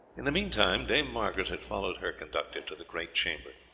in the meantime dame margaret had followed her conductor to the great chamber,